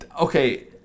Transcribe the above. okay